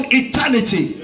eternity